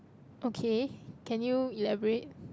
okay can you elaborate